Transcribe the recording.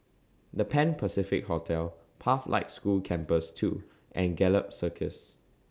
The Pan Pacific Hotel Pathlight School Campus two and Gallop Circus